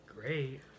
great